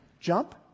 jump